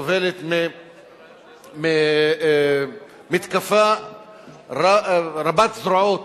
או של חבורות רחוב שקוראות